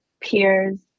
peers